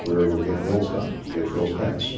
we were able to get bills done, get bills passed.